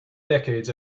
decades